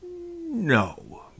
No